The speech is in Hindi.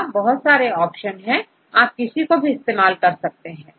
यहां सारे ऑप्शन है आप किसी को भी इस्तेमाल कर सकते हैं